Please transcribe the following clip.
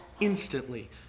instantly